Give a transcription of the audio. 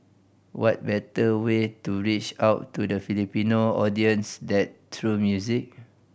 what better way to reach out to the Filipino audience than through music